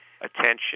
attention